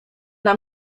nam